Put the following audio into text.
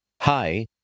Hi